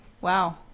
wow